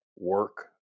work